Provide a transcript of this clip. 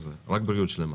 אז רק בריאות שלמה.